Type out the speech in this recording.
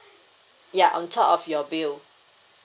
ya on top of your bill